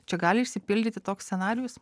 čia gali išsipildyti toks scenarijus